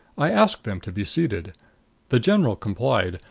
i asked them to be seated the general complied,